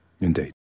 Indeed